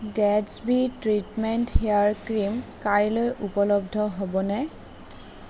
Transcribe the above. Gatsby treatment hair cream কাইলৈ উপলব্ধ হ'বনে